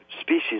species